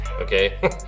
Okay